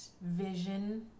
vision